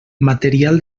material